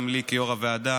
גם לי כיו"ר הוועדה,